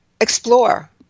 explore